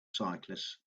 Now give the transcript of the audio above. cyclists